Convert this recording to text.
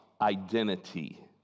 identity